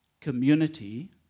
community